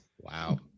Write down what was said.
Wow